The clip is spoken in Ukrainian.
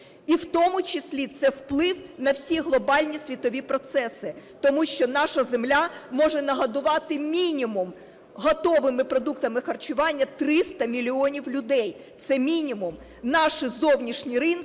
І в тому числі це вплив на всі глобальні світові процеси, тому що наша земля може нагодувати, мінімум, готовими продуктами харчування 300 мільйонів людей, це мінімум. Наші зовнішні ринки